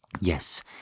Yes